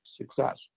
success